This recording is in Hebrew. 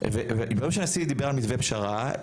וביום שהנשיא דיבר על מתווה הפשרה,